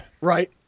Right